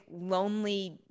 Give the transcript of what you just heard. lonely